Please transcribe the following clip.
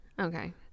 okay